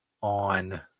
on